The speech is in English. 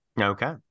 Okay